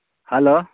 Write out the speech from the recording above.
hello